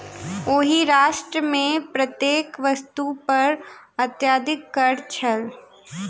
ओहि राष्ट्र मे प्रत्येक वस्तु पर अत्यधिक कर छल